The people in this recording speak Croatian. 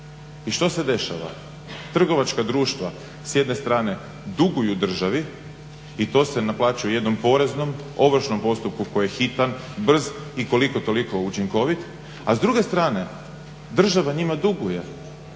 I što se dešava? Trgovačka društva s jedne strane duguju državi i to se naplaćuje u jednom poreznom ovršnom postupku koji je hitan, brz i koliko toliko učinkovit, a s druge strane država njima duguje